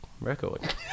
record